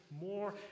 more